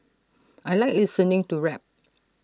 I Like listening to rap